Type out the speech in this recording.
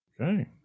Okay